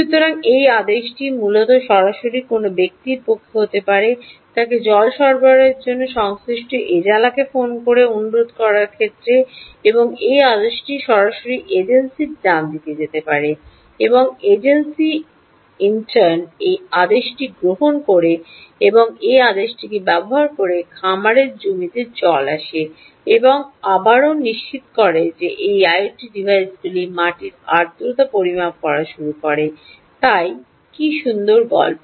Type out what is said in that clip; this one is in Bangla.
সুতরাং এই আদেশটি মূলত সরাসরি কোনও ব্যক্তির পক্ষে হতে পারে তাকে জলের সরবরাহের জন্য সংশ্লিষ্ট এজলাকে ফোন করার জন্য অনুরোধ করার ক্ষেত্র বা এই আদেশটি সরাসরি এজেন্সির ডানদিকে যেতে পারে এবং এজেন্সি ইন্টার্ন এই আদেশটি গ্রহণ করে এবং এই আদেশটি ব্যবহার করে খামারের জমিতে জল আসে এবং আবারও নিশ্চিত করে যে এগুলি আইওটি ডিভাইসগুলি মাটির আর্দ্রতা পরিমাপ করা শুরু করে তাই কী সুন্দর গল্প